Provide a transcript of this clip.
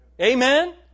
Amen